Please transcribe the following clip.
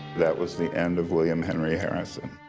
that was the end of william henry harrison.